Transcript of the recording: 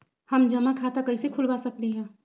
हम जमा खाता कइसे खुलवा सकली ह?